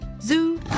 Zoo